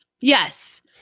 Yes